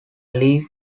leaf